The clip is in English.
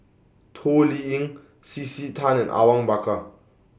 Toh Liying C C Tan and Awang Bakar